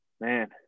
man